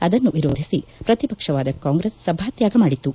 ಅದನ್ನು ವಿರೋಧಿಸಿ ಪ್ರತಿ ಪಕ್ಷವಾದ ಕಾಂಗ್ರೆಸ್ ಸಭಾತ್ಯಾಗ ಮಾಡಿತು